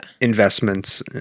investments